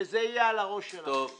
זה היה על הראש שלנו ואני כועס מאוד.